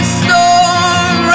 storm